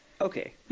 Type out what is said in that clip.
Okay